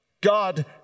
God